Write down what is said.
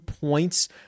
points